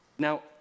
Now